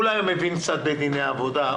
אולי הוא מבין קצת בדיני עבודה.